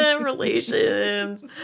Relations